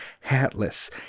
hatless